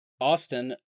Austin